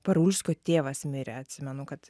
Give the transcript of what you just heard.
parulskio tėvas mirė atsimenu kad